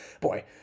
Boy